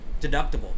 deductible